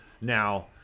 Now